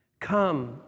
Come